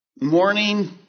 morning